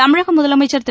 தமிழக முதலமைச்சர் திரு